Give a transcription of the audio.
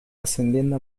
ascendiendo